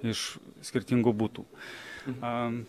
iš skirtingų butų